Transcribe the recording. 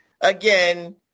again